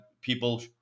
people